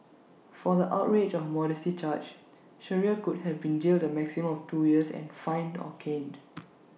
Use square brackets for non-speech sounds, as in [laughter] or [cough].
for the outrage of modesty charge Shearer could have been jailed the maximum of two years and fined or caned [noise]